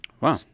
Wow